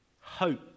hope